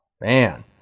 man